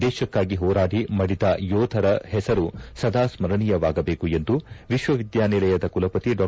ದೇಶಕ್ಕಾಗಿ ಹೋರಾಡಿ ಮಡಿದ ಯೋಧರ ಹೆಸರು ಸದಾ ಸ್ಕರಣೀಯಾವಾಗಬೇಕು ಎಂದು ವಿಶ್ವವಿದ್ಯಾನಿಲಯದ ಕುಲಪತಿ ಡಾ